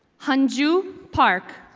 punju park,